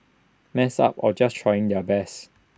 messed up or just trying their best